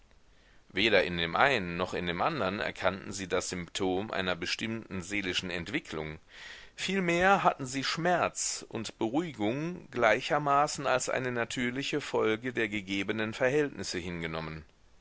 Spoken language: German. weder in dem einen noch in dem andern erkannten sie das symptom einer bestimmten seelischen entwicklung vielmehr hatten sie schmerz und beruhigung gleichermaßen als eine natürliche folge der gegebenen verhältnisse hingenommen